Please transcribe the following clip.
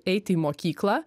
eiti į mokyklą